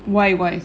why why